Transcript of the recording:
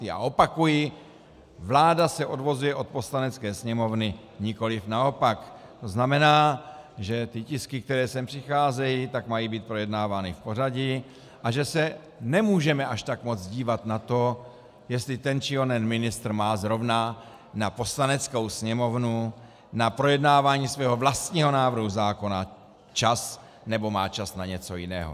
A opakuji, vláda se odvozuje od Poslanecké sněmovny nikoliv naopak, to znamená, že tisky, které sem přicházejí, mají být projednávány v pořadí a že se nemůžeme až tak moc dívat na to, jestli ten či onen ministr má zrovna na Poslaneckou sněmovnu, na projednávání svého vlastního návrhu zákona čas, nebo má čas na něco jiného.